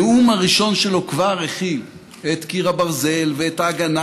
הנאום הראשון שלו כבר הכיל את קיר הברזל ואת ההגנה